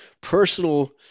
personal